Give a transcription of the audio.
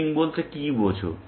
looping বলতে কি বুঝ